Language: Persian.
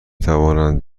توانند